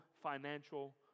financial